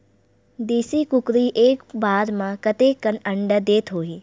देशी कुकरी एक बार म कतेकन अंडा देत होही?